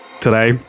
today